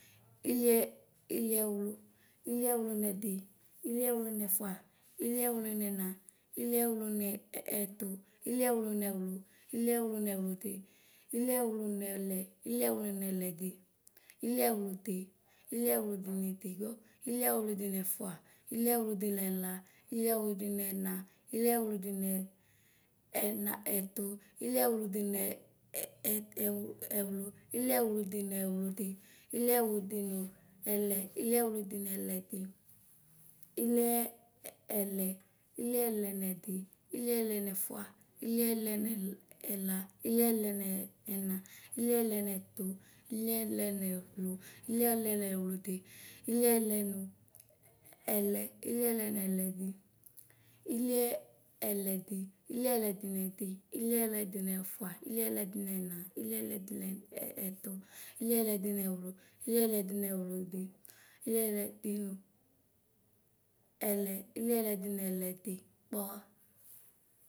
Iliɛiliɛwlu, iliɛwlunɛdi, iliɛwlunɛfua, iliɛwlunɛma, ilɛwuluneɛtu, ilɛwulunɛwlu, ilɛwulunɛwludi, ilɛwulunɛda, ilɛwulunɛlɛda, ilɛwudi, ilɛwudinidzɔ, ilɛwudinɛfua, ilɛwudinɛla, ilɛwudinɛna, ilɛwudinɛnɛɛnɛɛtu, ilɛwudinɛɛɛnɛewuewu, ilɛwudinɛwludi, ilɛwudinɛɛlɛ, ilɛwudinɛlɛdi, ilɛɛɛlɛ, ilɛlɛnɛdi, ilɛlɛnɛfua, ilɛlɛnɛɛɛlɛ, ilɛlɛnɛnɛna, ilɛlɛnɛtu, ilɛlɛnɛwludi, ilɛlɛnɛwludi, ilɛlunuɛlɛ, ilɛlɛnɛlɛdi, ilɛɛlɛdi, ilɛlɛdinɛdi, ilɛlɛdinɛfua, ilɛlɛdinɛna, ilɛlɛdinɛɛtu, ilɛlɛdinɛwlu, ilɛlɛdinɛwludi, ilɛlɛdinɛɛlɛ, ilɛlɛdinɛlɛdi, gbɔwa.